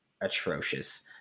atrocious